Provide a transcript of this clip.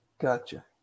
Gotcha